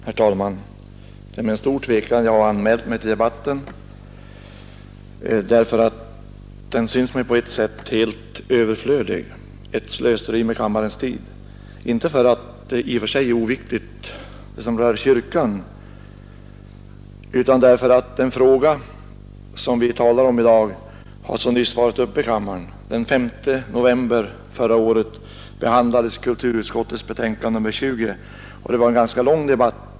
Herr talman! Det är med stor tvekan jag har anmält mig till debatten, därför att den syns mig på ett sätt helt överflödig, ett slöseri med kammarens tid, inte därför att det som rör kyrkan i och för sig är oviktigt utan därför att den fråga som vi talar om i dag så nyligen har varit uppe i kammaren. Den 5 november förra året behandlades kulturutskottets betänkande nr 20, och det var då en ganska lång debatt.